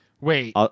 wait